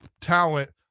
talent